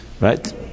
Right